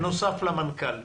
בנוסף למנכ"ל,